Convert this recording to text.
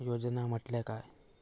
योजना म्हटल्या काय?